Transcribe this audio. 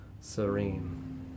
serene